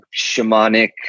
shamanic